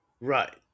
Right